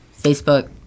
facebook